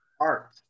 art